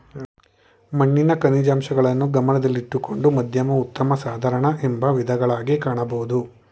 ಮಣ್ಣಿನ ಖನಿಜಾಂಶಗಳನ್ನು ಗಮನದಲ್ಲಿಟ್ಟುಕೊಂಡು ಮಧ್ಯಮ ಉತ್ತಮ ಸಾಧಾರಣ ಎಂಬ ವಿಧಗಳಗಿ ಕಾಣಬೋದು